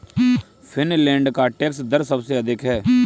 Finland का tax दर सबसे अधिक है